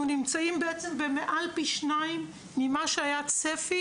נמצאים בעצם מעל פי שניים ממה שהיה הצפי,